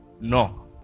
No